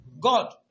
God